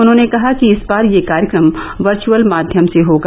उन्होंने कहा कि इस बार यह कार्यक्रम वर्चुअल माध्यम से होगा